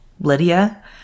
Lydia